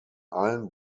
allen